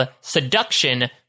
seduction